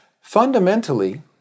Fundamentally